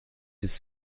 his